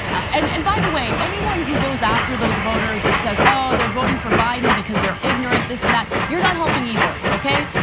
and and by the way, anyone who goes after those voters and says, they're voting for biden because they're ignorant, this and that, you're not helping either, okay?